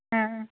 ആ ആ